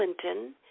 Clinton